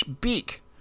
beak